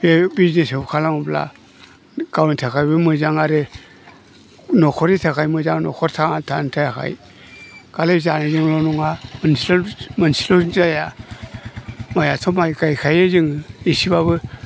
बे बिजनेसाव खालामोब्ला गावनि थाखायबो मोजां आरो न'खरनि थाखाय मोजां न'खर थांना थानायनि थाखाय खालि जानायनिल' नङा मोनसेल' मोनसेल'जों जाया माइआथ' माइ गायखायो जोङो एसेब्लाबो